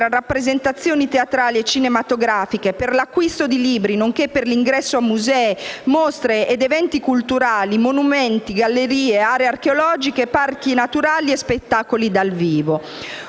a rappresentazioni teatrali e cinematografiche, per l'acquisto di libri nonché per l'ingresso a musei, mostre ed eventi culturali, monumenti, gallerie, aree archeologiche, parchi naturali e spettacoli dal vivo.